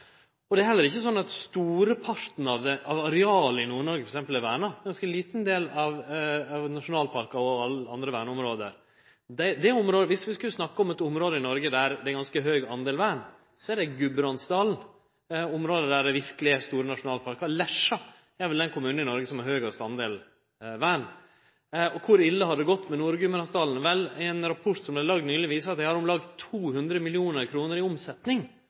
Det er heller ikkje sånn at storparten av arealet i Nord-Noreg er verna, berre ein ganske liten del av nasjonalparkar og andre verneområde finst der. Viss vi skal snakke om eit område i Noreg der det er ganske mykje vern, så er det Gudbrandsdalen. Det er eit område der det verkeleg er store nasjonalparkar. Lesja er vel den kommunen i Noreg som har mest vern. Kor ille har det gått med Nord-Gudbrandsdalen? Vel, ein rapport som er laga nyleg, viser at dei har om lag 200 mill. kr i omsetning